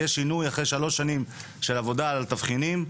יש שינוי, אחרי שלוש שנים של עבודה על תבחינים.